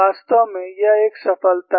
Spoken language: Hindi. वास्तव में यह एक सफलता है